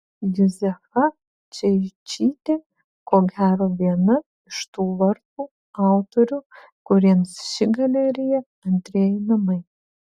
juzefa čeičytė ko gero viena iš tų vartų autorių kuriems ši galerija antrieji namai